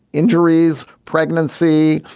injuries, pregnancy,